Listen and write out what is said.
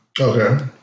okay